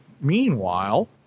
Meanwhile